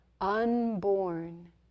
unborn